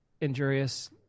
injurious